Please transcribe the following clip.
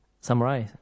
samurai